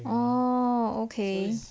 oh okay